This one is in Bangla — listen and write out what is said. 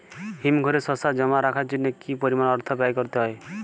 হিমঘরে শসা জমা রাখার জন্য কি পরিমাণ অর্থ ব্যয় করতে হয়?